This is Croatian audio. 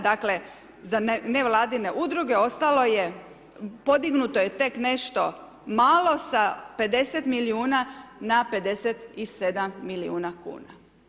Dakle, za nevladine udruge ostalo je, podignuto je tek nešto malo sa 50 milijuna na 57 milijuna kuna.